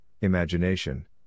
imagination